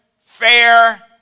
fair